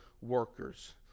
workers